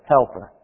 Helper